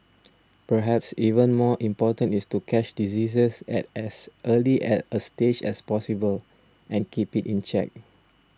perhaps even more important is to catch diseases at as early a stage as possible and keep it in check